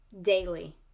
daily